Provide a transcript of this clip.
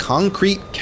Concrete